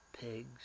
pigs